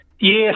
Yes